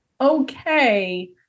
okay